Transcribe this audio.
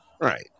right